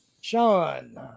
Sean